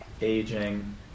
aging